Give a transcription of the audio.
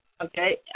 Okay